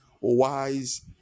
wise